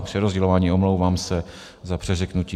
Přerozdělování, omlouvám se za přeřeknutí.